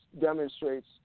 demonstrates